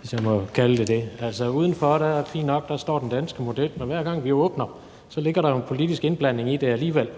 hvis jeg må kalde det det. Udenpå er den fin nok, der står den danske model, og hver gang vi åbner, ligger der jo en politisk indblanding i det alligevel.